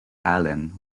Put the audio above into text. allen